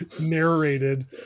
narrated